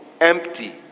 empty